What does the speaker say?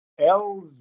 LZ